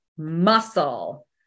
muscle